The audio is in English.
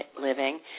living